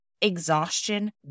exhaustion